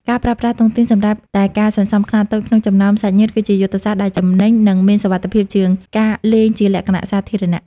ការប្រើប្រាស់តុងទីនសម្រាប់តែការសន្សំខ្នាតតូចក្នុងចំណោមសាច់ញាតិ គឺជាយុទ្ធសាស្ត្រដែលចំណេញ និងមានសុវត្ថិភាពជាងការលេងជាលក្ខណៈសាធារណៈ។